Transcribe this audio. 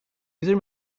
user